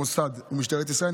למוסד ומשטרת ישראל,